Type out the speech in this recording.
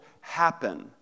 happen